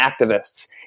activists